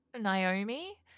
Naomi